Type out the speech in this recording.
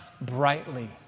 brightly